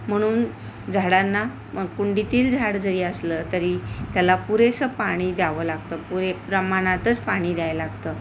म्हणून झाडांना कुंडीतील झाड जरी असलं तरी त्याला पुरेसं पाणी द्यावं लागतं पुरे प्रमाणातच पाणी द्यावं लागतं